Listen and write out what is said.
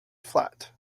flat